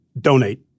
donate